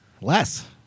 Less